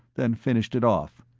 then finished it off.